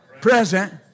present